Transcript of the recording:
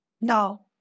No